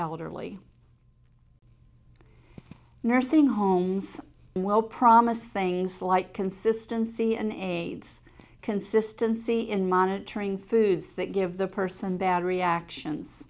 elderly nursing homes will promise things like consistency and aides consistency in monitoring food that give the person bad reactions